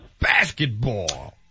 Basketball